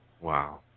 Wow